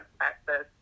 access